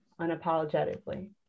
unapologetically